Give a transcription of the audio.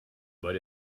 but